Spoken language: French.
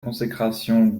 consécration